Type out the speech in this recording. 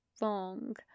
long